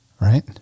right